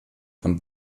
von